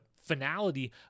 finality